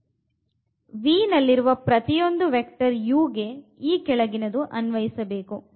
V ನಲ್ಲಿರುವ ಪ್ರತಿಯೊಂದು vector u ಗೆ ಈ ಕೆಳಗಿನದು ಅನ್ವಯಿಸಬೇಕು